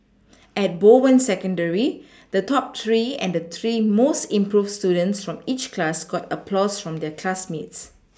at Bowen secondary the top three and the three most improved students from each class got applause from their classmates